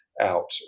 out